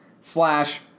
Slash